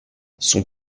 son